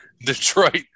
Detroit